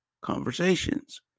conversations